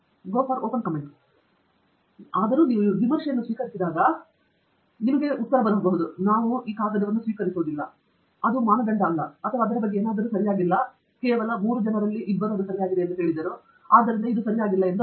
ಅದು ಹೇಳಿದ್ದರೂ ಸಹ ನೀವು ವಿಮರ್ಶೆಯನ್ನು ಸ್ವೀಕರಿಸಿದಾಗ ನಾವು ಈ ಕಾಗದವನ್ನು ಸ್ವೀಕರಿಸುವುದಿಲ್ಲ ಅದು ಮಾನದಂಡಗಳಿಗೆ ಅಲ್ಲ ಅಥವಾ ಯಾವುದೋ ಅದರ ಬಗ್ಗೆ ಸರಿಯಾಗಿಲ್ಲ ನೀವು ಓದುತ್ತಿದ್ದೀರಿ ಕೇವಲ ಮೂರು ಜನರಲ್ಲಿ ಇಬ್ಬರು ಅದು ಸರಿಯಾಗಿದೆಯೆಂದು ಹೇಳಿದರು ಆದ್ದರಿಂದ ಇದು ಸರಿಯಾಗಿಲ್ಲ ಎಂದರ್ಥ